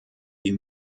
die